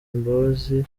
imbabazi